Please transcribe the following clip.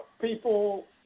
people